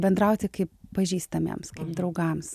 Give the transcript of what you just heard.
bendrauti kaip pažįstamiems kaip draugams